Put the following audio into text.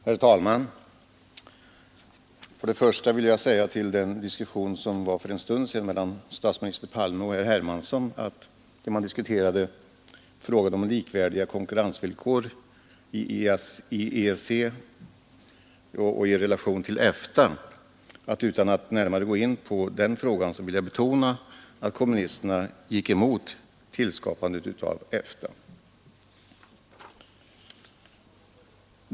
Herr talman! För en stund sedan diskuterade statsminister Palme och herr Hermansson frågan om likvärdiga konkurrensvillkor i E till EFTA. Utan att vidare gå in på den saken vill jag med denna diskussion betona att kommunisterna gick emot tillskapandet av EFTA.